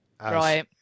Right